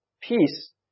Peace